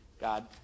God